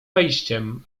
wejściem